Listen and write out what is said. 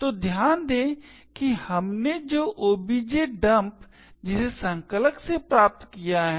तो ध्यान दें कि हमने जो objdump जिसे संकलक से प्राप्त किया है